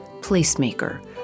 Placemaker